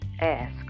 ask